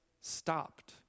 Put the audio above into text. stopped